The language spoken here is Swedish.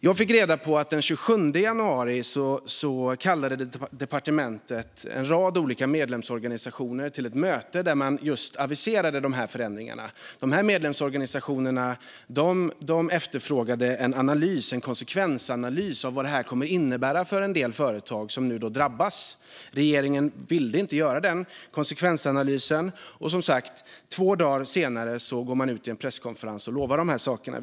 Jag fick reda på att departementet den 27 januari kallade en rad olika medlemsorganisationer till ett möte där man just aviserade dessa förändringar. Medlemsorganisationerna efterfrågade en konsekvensanalys om vad det hela skulle innebära för de företag som drabbas. Regeringen ville inte göra någon sådan, och två dagar senare gick man alltså ut med löften i en presskonferens.